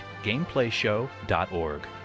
GameplayShow.org